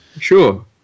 Sure